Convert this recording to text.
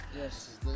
Yes